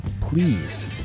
please